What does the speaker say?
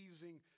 amazing